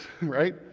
right